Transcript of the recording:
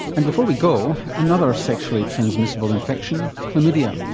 and before we go, another sexually transmissible infection, chlamydia,